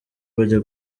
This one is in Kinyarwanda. bajya